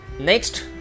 Next